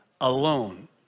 alone